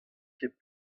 ket